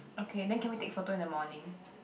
okay then can we take photo in the morning